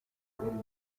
mckinney